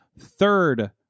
third